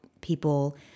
people